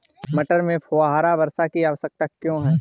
मटर में फुहारा वर्षा की आवश्यकता क्यो है?